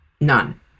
None